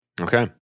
Okay